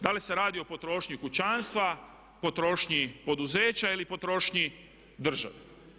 Da li se radi o potrošnji kućanstva, potrošnji poduzeća ili potrošnji države.